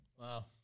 wow